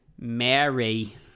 Mary